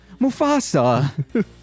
Mufasa